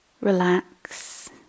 Relax